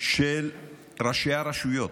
של ראשי הרשויות,